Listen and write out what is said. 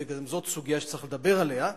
וגם זאת סוגיה שצריך לדבר עליה,